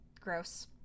gross